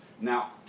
Now